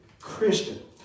Christian